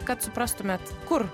kad suprastumėt kur